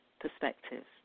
perspectives